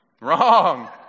Wrong